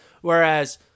Whereas